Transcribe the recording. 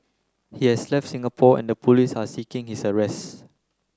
he has left Singapore and the police are seeking his arrest